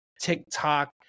TikTok